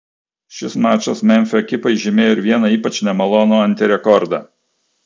šis mačas memfio ekipai žymėjo ir vieną ypač nemalonų antirekordą